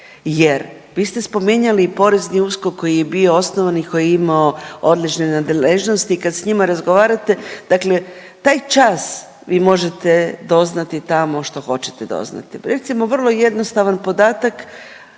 jer vi ste spominjali i porezni USKOK koji je bio osnovan i koji je imao odlične nadležnosti. I kad s njima razgovarate, dakle taj čas vi možete doznati tamo što hoćete doznati. Recimo vrlo jednostavan podatak